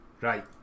Right